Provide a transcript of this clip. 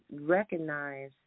recognize